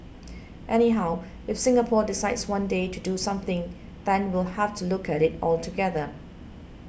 anyhow if Singapore decides one day to do something then we'll have to look at it altogether